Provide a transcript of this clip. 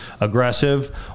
aggressive